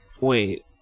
wait